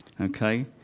Okay